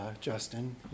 Justin